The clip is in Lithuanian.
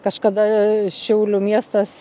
kažkada šiaulių miestas